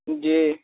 जी